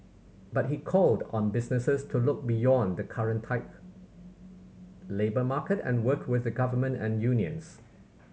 but he called on businesses to look beyond the current tight labour market and work with the Government and unions